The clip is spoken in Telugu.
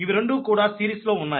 ఇవి రెండూ కూడా సిరీస్ లో ఉన్నాయి